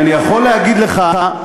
אני יכול להגיד לך,